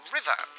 River